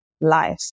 life